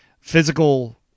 Physical